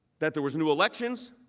that there was new elections